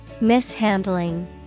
Mishandling